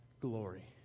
glory